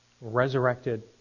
resurrected